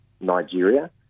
Nigeria